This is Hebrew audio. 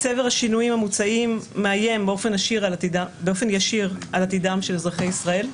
צבר השינויים המוצעים מאיים באופן ישיר על עתידם של אזרחי ישראל.